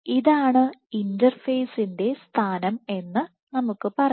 ഇതാണ് ഇന്റർഫേസിന്റെ സ്ഥാനം എന്ന് നമുക്ക് പറയാം